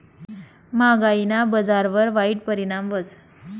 म्हागायीना बजारवर वाईट परिणाम व्हस